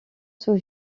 sous